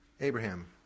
Abraham